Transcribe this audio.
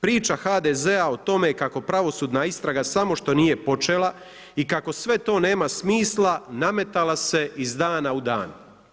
Priča HDZ o tome, kako pravosudna istraga samo što nije počela i kako sve to nema smisla, nametala se iz dana u dan.